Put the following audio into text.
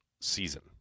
season